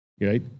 Right